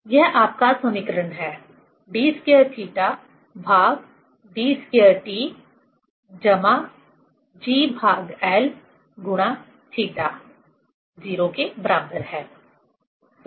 यह आपका समीकरण है d2θd2t gLθ 0 सही